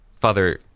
father